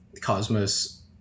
cosmos